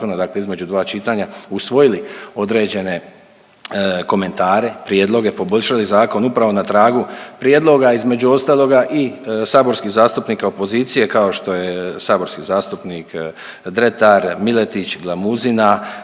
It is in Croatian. dakle između dva čitanja, usvojili određene komentare, prijedloge, poboljšali zakon upravo na tragu prijedloga, između ostaloga, i saborskih zastupnika opozicije, kao što je saborski zastupnik Dretar, Miletić, Glamuzina,